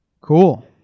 Cool